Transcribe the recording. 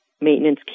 maintenance